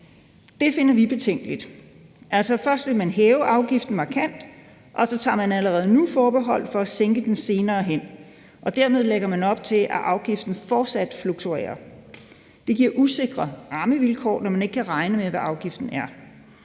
Det finder vi betænkeligt. Altså, først vil man hæve afgiften markant, og så tager man allerede nu forbehold for at sænke den senere hen. Dermed lægger man op til, at afgiften fortsat fluktuerer. Det giver usikre rammevilkår, når man ikke kan regne med, hvad afgiften er.